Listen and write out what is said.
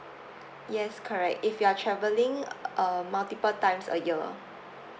yes correct if you are travelling uh multiple times a year